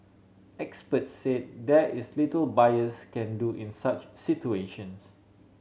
experts say there is little buyers can do in such situations